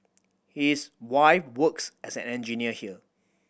his wife works as an engineer here